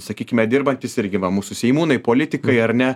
sakykime dirbantys irgi va mūsų seimūnai politikai ar ne